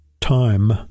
time